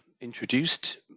introduced